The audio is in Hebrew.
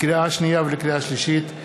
לקריאה שנייה ולקריאה שלישית,